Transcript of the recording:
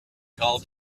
called